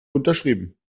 unterschrieben